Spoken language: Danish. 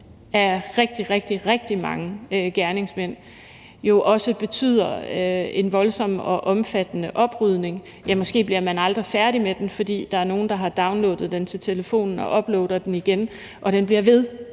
rigtig mange gerningsmænd, betyder jo også en voldsom og omfattende oprydning. Ja, måske bliver man aldrig færdig med den, fordi der er nogle, der har downloadet den til telefonen, og som uploader den igen, og den bliver ved